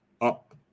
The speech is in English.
up